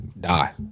die